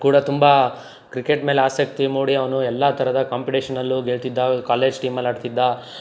ಕೂಡ ತುಂಬ ಕ್ರಿಕೆಟ್ ಮೇಲೆ ಆಸಕ್ತಿ ಮೂಡಿ ಅವನು ಎಲ್ಲ ಥರದ ಕಾಂಪಿಟೇಷನಲ್ಲೂ ಗೆಲ್ತಿದ್ದ ಕಾಲೇಜ್ ಟೀಮಲ್ಲಿ ಆಡ್ತಿದ್ದ